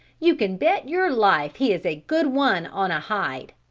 you can bet your life he is a good one on a hide.